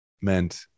meant